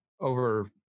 over